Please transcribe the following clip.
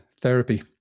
therapy